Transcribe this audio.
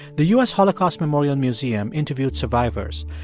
the u s. holocaust memorial museum interviewed survivors.